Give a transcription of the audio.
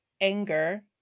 anger